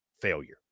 failure